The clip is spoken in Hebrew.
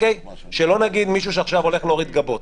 לא נאפשר למישהו שהולך לסדר גבות,